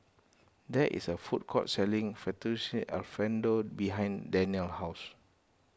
there is a food court selling Fettuccine Alfredo behind Danelle house